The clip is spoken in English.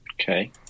Okay